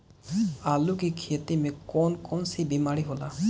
आलू की खेती में कौन कौन सी बीमारी होला?